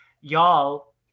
Y'all